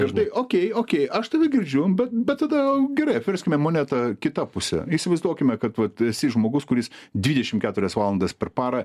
ir žinai okei okei aš tave girdžiu bet bet tada gerai apverskime monetą kita puse įsivaizduokime kad vat esi žmogus kuris dvidešimt keturias valandas per parą